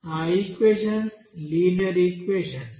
ఆ equations linear equations